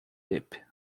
deep